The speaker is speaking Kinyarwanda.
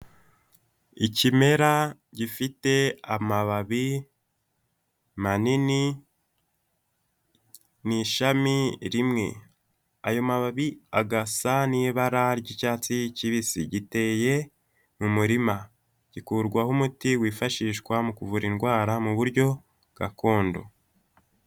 Ikimera gifite amababi manini ni ishami rimwe, ayo mababi agasa n'ibara ry'icyatsi kibisi giteye mu murima gikurwaho umuti wifashishwa mu kuvura indwara mu buryo gakondo.